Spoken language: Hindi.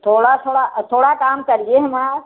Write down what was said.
थोड़ा थोड़ा थोड़ा कम करिए हमारा